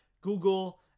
Google